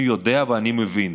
אני יודע ואני מבין.